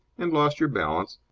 and lost your balance,